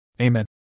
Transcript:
Amen